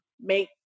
make